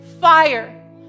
fire